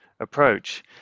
approach